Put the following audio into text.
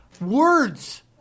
words